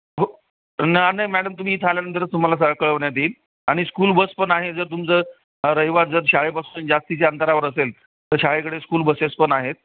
हो ना नाही मॅडम तुम्ही इथं आल्यानंतरच तुम्हाला सगळं कळवण्यात येईल आणि स्कूल बस पण आहे जर तुमचं रहिवास जर शाळेपासून जास्तीच्या अंतरावर असेल तर शाळेकडे स्कूल बसेस पण आहेत